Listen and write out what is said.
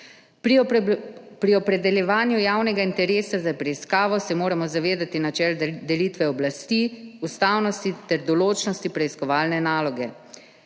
Pri opredeljevanju javnega interesa za preiskavo se moramo zavedati načel delitve oblasti, ustavnosti ter določnosti preiskovalne naloge.